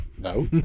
no